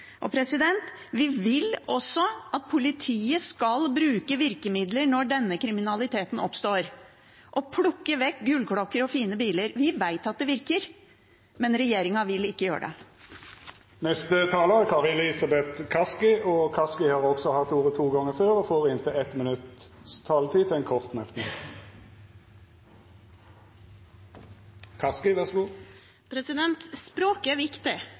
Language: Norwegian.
Vi vil også at politiet skal bruke virkemidler når denne kriminaliteten oppstår, og plukke vekk gullklokker og fine biler. Vi vet at det virker, men regjeringen vil ikke gjøre det. Representanten Kari Elisabeth Kaski har hatt ordet to gonger tidlegare og får ordet til ein kort merknad, avgrensa til 1 minutt. Språk er viktig.